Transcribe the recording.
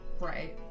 right